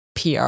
pr